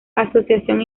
asociación